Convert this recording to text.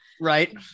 right